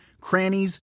crannies